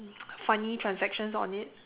funny transactions on it